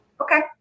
Okay